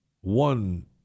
one